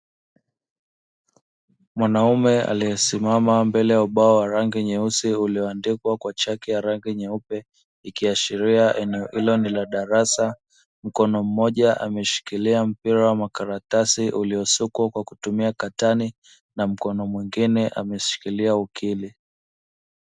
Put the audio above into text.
Mwanaume aliesimama mbele ya ubao mweusi ulioandikwa kwa chaki ya rangi nyeupe, ikiashiria eneo hilo ni la darasa. Mkono mmoja ameshikilia mpira wa makaratasi uliosukwa kwa kutumia katani, na mkono mwengine ameshikilia ukili.